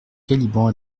caliban